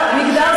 מה זה מגדרי?